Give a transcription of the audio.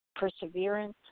perseverance